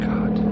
God